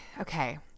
okay